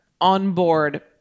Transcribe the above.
onboard